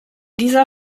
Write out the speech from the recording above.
dieser